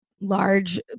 large